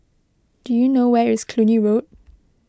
do you know where is Cluny Road